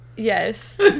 Yes